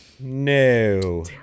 No